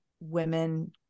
women